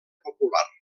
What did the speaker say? popular